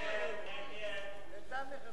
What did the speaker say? ההצעה להסיר מסדר-היום את הצעת חוק הביטוח הלאומי (תיקון,